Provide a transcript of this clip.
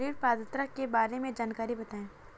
ऋण पात्रता के बारे में जानकारी बताएँ?